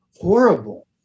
horrible